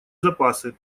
запасы